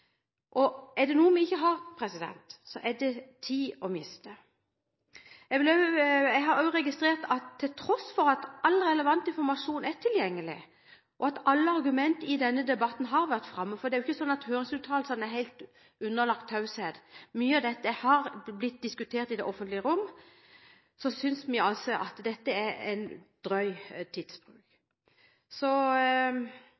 og er det er noe vi ikke har, er det tid å miste. Jeg har også registrert at til tross for at all relevant informasjon er tilgjengelig, og at alle argumenter i denne debatten har vært framme – for høringsuttalelser er jo ikke helt underlagt taushetsplikt – og mye av dette har blitt diskutert i det offentlige rom, synes vi at dette er drøy